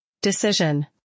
decision